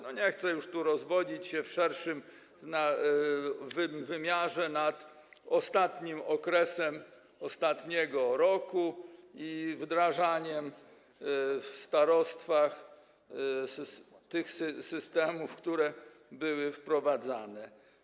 Nie chcę już tu rozwodzić się w szerszym wymiarze nad ostatnim okresem ostatniego roku i wdrażaniem w starostwach tych systemów, które były wprowadzane.